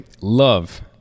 love